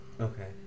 Okay